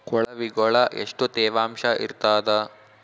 ಕೊಳವಿಗೊಳ ಎಷ್ಟು ತೇವಾಂಶ ಇರ್ತಾದ?